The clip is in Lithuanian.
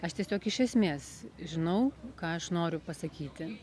aš tiesiog iš esmės žinau ką aš noriu pasakyti